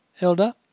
Elder